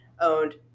owned